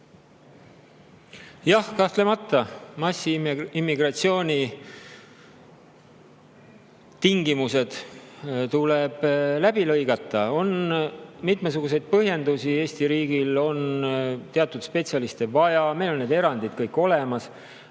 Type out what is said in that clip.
Jah, kahtlemata, massiimmigratsiooni tingimused tuleb läbi lõigata. On mitmesuguseid põhjendusi, Eesti riigil on teatud spetsialiste vaja, meil on need erandid kõik olemas,